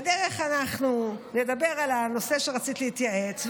בדרך אנחנו נדבר על הנושא שרצית להתייעץ,